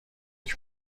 حکم